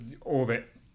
orbit